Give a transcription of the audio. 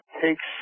takes